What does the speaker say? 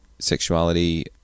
Sexuality